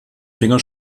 finger